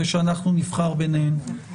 ואנחנו נבחר ביניהן.